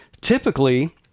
Typically